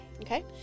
Okay